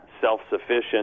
self-sufficient